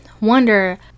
wonder